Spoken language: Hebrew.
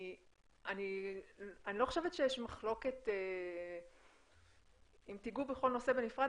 אני לא חושבת שיש מחלוקת, אם תגעו בכל נושא בנפרד.